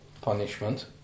punishment